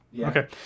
Okay